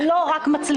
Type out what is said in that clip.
אבל זה לא רק מצלמות,